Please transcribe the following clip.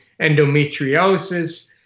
endometriosis